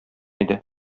иде